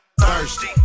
Thirsty